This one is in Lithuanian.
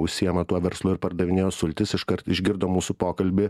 užsiima tuo verslu ir pardavinėjo sultis iškart išgirdo mūsų pokalbį